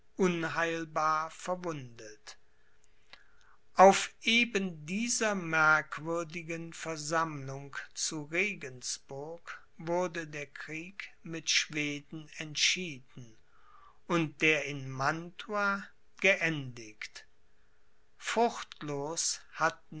unheilbar verwundet auf eben dieser merkwürdigen versammlung zu regensburg wurde der krieg mit schweden entschieden und der in mantua geendigt fruchtlos hatten